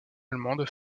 allemande